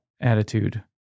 attitude